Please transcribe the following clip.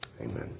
Amen